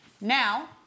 Now